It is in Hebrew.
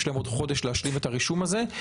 ויש להם עוד חודש להשלים את הרישום הזה,